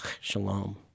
Shalom